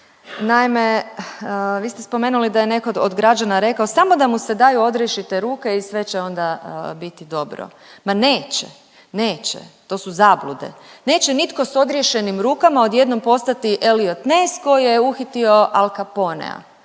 Naime, vi ste spomenuli da je netko od građana rekao, samo da mu se daju odrješite ruke i sve će onda biti dobro. Ma neće. Neće. To su zablude. Neće nitko s odriješenim rukama odjednom postati Eliot Ness koji je uhitio Al Caponea.